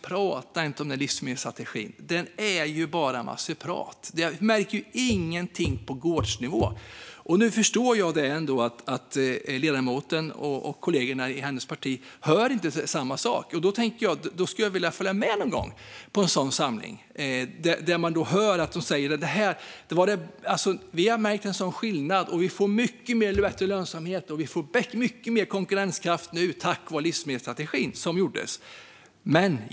Prata inte om den där livsmedelsstrategin! Det är ju bara en massa prat." De märker ingenting på gårdsnivå. Jag förstår nu att ledamoten och hennes partikollegor inte hör samma sak. Därför skulle jag vilja följa med någon gång på en samling där de säger att de märkt en sådan skillnad och att de fått mycket bättre lönsamhet och konkurrenskraft tack vare livsmedelsstrategin.